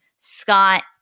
Scott